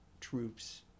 troops